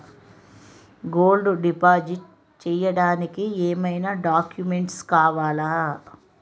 Gold deposit చేయడానికి ఏమైనా documents కావాలా?